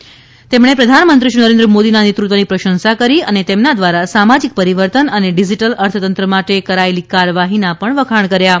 શ્રી શણમુઘરત્નમે પ્રધાનમંત્રી શ્રી નરેન્દ્ર મોદીના નેતૃત્વની પ્રશંસા કરી અને તેમના દ્વારા સામાજિક પરિવર્તન અને ડીજીટલ અર્થતંત્ર માટે કરાયેલી કાર્યવાહીના વખાણ કર્યા હતા